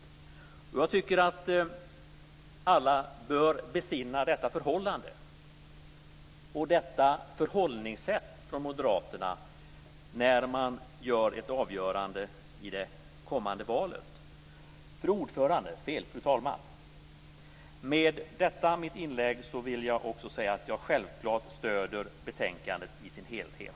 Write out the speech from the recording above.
Jag tycker att alla bör besinna moderaternas förhållningssätt när man står inför ett avgörande i det kommande valet. Fru talman! Med detta mitt inlägg vill jag också säga att jag självklart stöder utskottets hemställan i dess helhet.